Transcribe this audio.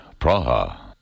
Praha